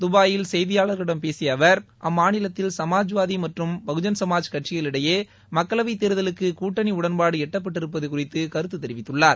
தபாயில் செய்தியாளர்களிடம் பேசிய அவர் அம்மாநிலத்தில் சுமாஜ்வாதி மற்றும் பகுஜன் சமாற் கட்சிகளிடையே மக்களவைத் தேர்தலுக்கு கூட்டணி உடன்பாடு எட்டப்பட்டிருப்பது குறித்து கருத்து தெரிவித்துள்ளார்